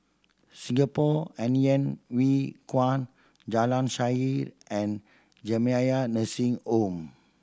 Singapore Hainan Hwee Kuan Jalan Shaer and Jamiyah Nursing Home